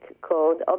called